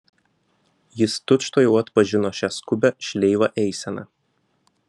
jis tučtuojau atpažino šią skubią šleivą eiseną